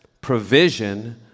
provision